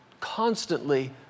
constantly